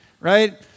Right